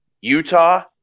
Utah